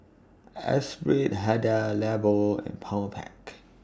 Esprit Hada Labo and Powerpac